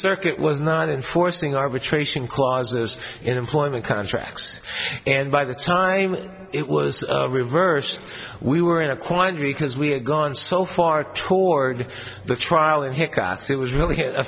circuit was not enforcing arbitration clauses in employment contracts and by the time it was reversed we were in a quandary because we're gone so far toward the trial and it was really a